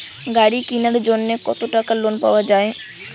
গাড়ি কিনার জন্যে কতো টাকা লোন পাওয়া য়ায়?